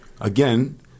again